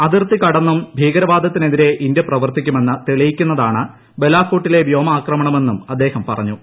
അതിർത്തി കടന്നും ഭീകരവാദത്തിനെതിരായി ഇന്ത്യ പ്രവർത്തിക്കുമെന്ന് തെളിയിക്കുന്നതാണ് ബാലാകോട്ടിലെ വ്യോമാക്രമണമെന്നും അദ്ദേഹം പറഞ്ഞു